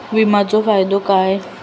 विमाचो फायदो काय?